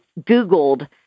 Googled